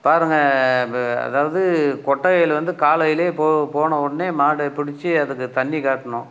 பாருங்கள் அதாவது கொட்டகையில் வந்து காலையில் இப்போது போன உடனே மாடு பிடிச்சி அதுக்கு தண்ணி காட்டணும்